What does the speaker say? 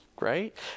Right